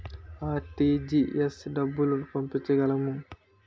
RTGS డబ్బులు పంపించగలము?